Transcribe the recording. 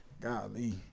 Golly